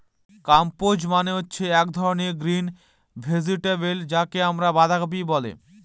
cabbage মানে হচ্ছে এক ধরনের গ্রিন ভেজিটেবল যাকে আমরা বাঁধাকপি বলে